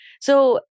So-